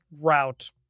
route